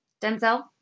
Denzel